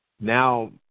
Now